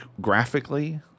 graphically